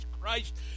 Christ